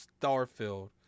Starfield